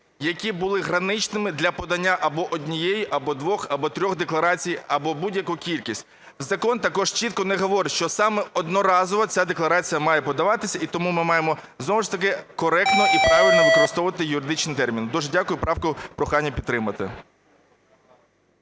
які були граничними для подання або однієї, або двох, або трьох декларацій, або будь-яку кількість. Закон також чітко не говорить, що саме одноразово ця декларація має подаватися, і тому ми маємо знову ж таки коректно і правильно використовувати юридичні терміни. Дуже дякую. Правку, прохання, підтримати.